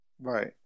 right